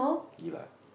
give up